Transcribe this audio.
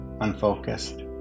unfocused